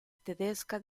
tedesca